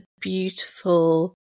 beautiful